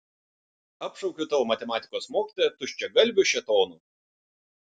apšaukiu tavo matematikos mokytoją tuščiagalviu šėtonu